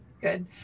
good